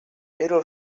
era